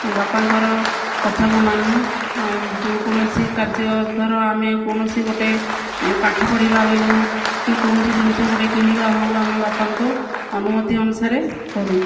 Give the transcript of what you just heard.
ବାପାଙ୍କର କଥାକୁ ମାନୁ ଆଉ ଯେଉଁ କୌଣସି କାର୍ଯ୍ୟ ଧର ଆମେ କୌଣସି ଗୋଟିଏ ପାଠ ପଢ଼ିବା ହେଉ କି କୌଣସି ଜିନିଷ ଗୋଟିଏ କିଣିବା ହେଉ ଆମେ ବାପାଙ୍କ ଅନୁମତି ଅନୁସାରେ କରୁ